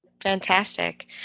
Fantastic